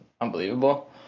unbelievable